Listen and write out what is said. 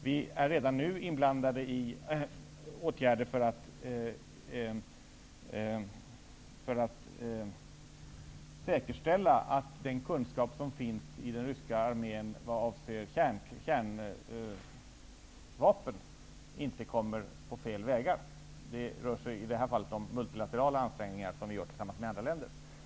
Vi är redan nu inblandade i åtgärder för att säkerställa att den kunskap som finns i den ryska armén vad avser kärnvapen inte kommer på fel vägar. Det rör sig i det fallet om multilaterala ansträngningar som vi gör tillsammans med andra länder.